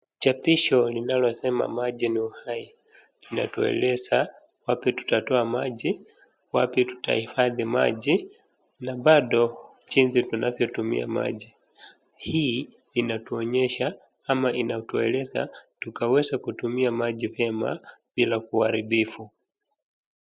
Chapisho linalosema maji ni uhai inatuleleza wapi tutoa maji, wapi tutahifadhi maji na bado jinsi tunavyotumia maji. Hii inatuonyesha ama inatueleza tukaweze kutumia maji vyema bila uharibifu.